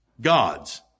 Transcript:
gods